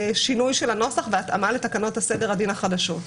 שינוי של הנוסח והתאמה לתקנות סדר הדין החדשות.